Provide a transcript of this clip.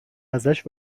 ازش